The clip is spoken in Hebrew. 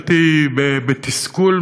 בתסכול,